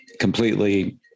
completely